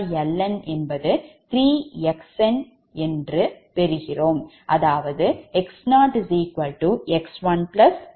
X0 X1 3Xn இது சமன்பாட்டு 35 ஆகும்